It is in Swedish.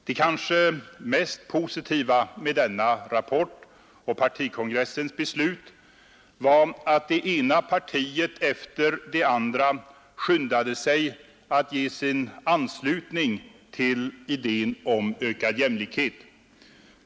Det kanske mest positiva med denna rapport och partikongressens beslut var att det ena partiet efter det andra skyndade sig att ge sin anslutning till idén om ökad jämlikhet.